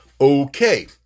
Okay